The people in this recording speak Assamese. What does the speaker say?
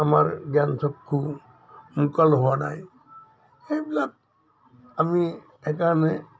আমাৰ জ্ঞান চক্ষু মুকাল হোৱা নাই সেইবিলাক আমি সেইকাৰণে